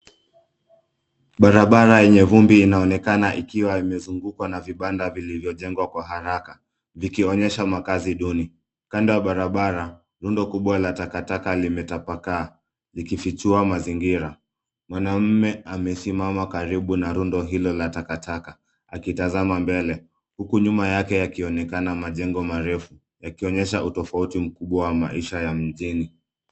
Barabara yenye vumbi inaonekana ikiwa imezungukwa na vibanda vilivyojengwa kwa haraka. Vikionyesha makazi duni. Kando ya barabara, rundo kubwa la takataka limetapakaa, likifichua mazingira. Mwanaume amesimama karibu na rundo hilo la takataka, akitazama mbele, huku nyuma yake yakionekana majengo marefu, yakionyesha utofauti mkubwa wa maisha ya mjini.